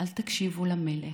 המשיכו לצחוק,)